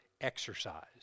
exercise